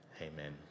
amen